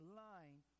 line